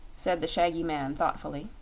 said the shaggy man, thoughtfully.